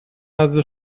نزد